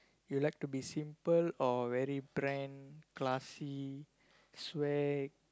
you like to be simple or very brand classy swag